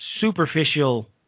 superficial